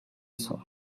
сууна